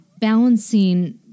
balancing